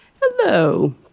Hello